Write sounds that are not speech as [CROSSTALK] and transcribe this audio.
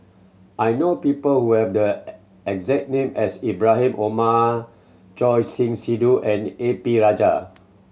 I know people who have the [HESITATION] exact name as Ibrahim Omar Choor Singh Sidhu and A P Rajah